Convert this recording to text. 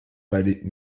palais